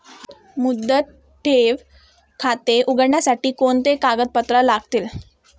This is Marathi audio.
मुदत ठेव खाते उघडण्यासाठी कोणती कागदपत्रे लागतील?